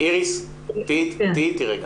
רגע.